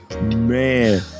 man